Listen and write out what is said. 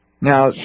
Now